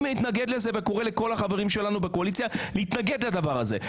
אני מתנגד לזה וקורא לכל החברים שלנו בקואליציה להתנגד לדבר הזה.